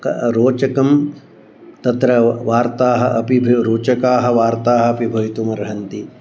क रोचकं तत्र वार्ताः अपि रोचकाः वार्ताः अपि भवितुम् अर्हन्ति